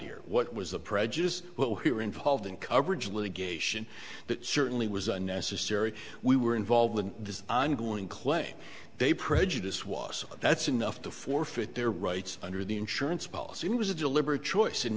here what was the prejudice what were involved in coverage litigation that certainly was unnecessary we were involved in this ongoing claim they prejudice was that's enough to forfeit their rights under the insurance policy it was a deliberate choice and